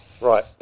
Right